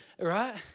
right